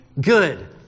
good